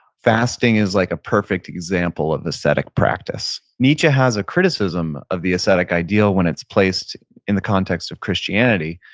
fasting is like a perfect example of ascetic practice. nietzsche has a criticism of the ascetic ideal when it's placed in the context of christianity.